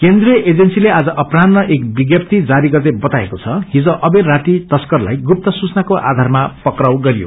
केन्द्रिय एजेन्सीले आज अपरान्हन्न एक विज्ञप्ती जारी गर्दै बताएको छ हिज अवेर राति तशकरलाइ गुप्त सूचनाको आधारमा पक्राउ गरियो